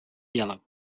yellow